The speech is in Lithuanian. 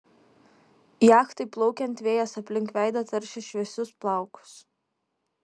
jachtai plaukiant vėjas aplink veidą taršė šviesius plaukus